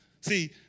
See